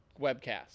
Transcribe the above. webcast